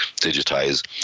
digitize